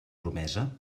promesa